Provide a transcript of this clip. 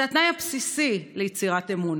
זה התנאי הבסיסי ליצירת אמון.